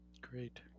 great